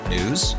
News